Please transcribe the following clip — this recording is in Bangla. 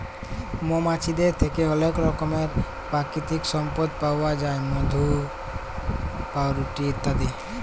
মমাছিদের থ্যাকে অলেক রকমের পাকিতিক সম্পদ পাউয়া যায় মধু, চাল্লাহ, পাউরুটি ইত্যাদি